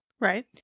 Right